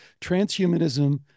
transhumanism